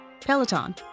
Peloton